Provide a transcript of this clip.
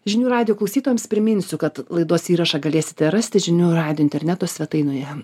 žinių radijo klausytojams priminsiu kad laidos įrašą galėsite rasti žinių radijo interneto svetainoje